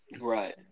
right